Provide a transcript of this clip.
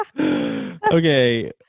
okay